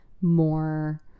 more